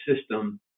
system